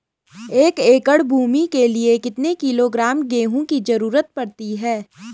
एक एकड़ भूमि के लिए कितने किलोग्राम गेहूँ की जरूरत पड़ती है?